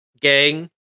gang